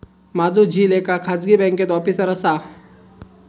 माझो झिल एका खाजगी बँकेत ऑफिसर असा